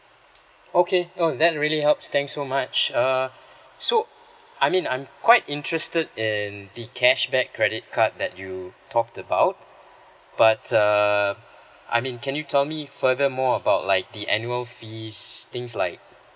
okay oh that really helps thanks so much err so I mean I'm quite interested in the cashback credit card that you talked about but err I mean can you tell me further more about like the annual fees things like